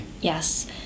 Yes